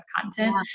content